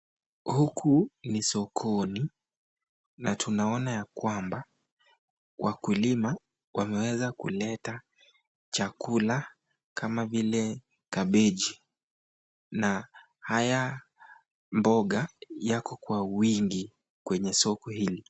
Huku ni sokoni na tunaona ya kwamba wakulima wameweza kuleta vyakula , kama vile kabeji na haya mboga yako Kwa uwingi kwenye soko hili.